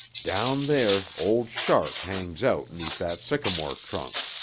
down there old shark hangs out neath that sycamore trunk.